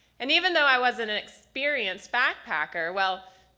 and even though i wasn't an experienced back-packer, well,